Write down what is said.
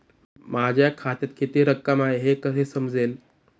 माझ्या खात्यात किती रक्कम आहे हे कसे समजेल?